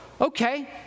okay